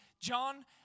John